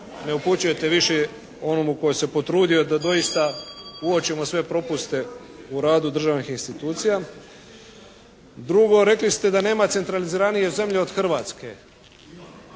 ne upućujete više onomu koji se potrudio da doista uočimo sve propuste u radu državnih institucija. Drugo. Rekli ste da nema centraliziranije zemlje od Hrvatske.